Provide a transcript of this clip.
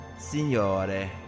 Signore